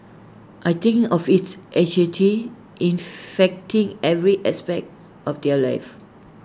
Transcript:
I think of it's anxiety infecting every aspect of their lives